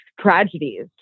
tragedies